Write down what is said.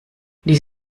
dies